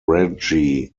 reggie